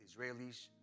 Israelis